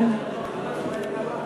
גברתי היושבת-ראש,